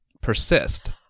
persist